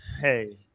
hey